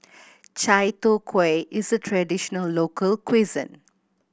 chai tow kway is a traditional local cuisine